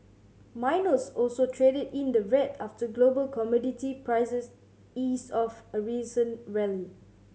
miners also traded in the red after global commodity prices eased off a recent rally